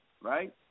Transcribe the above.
right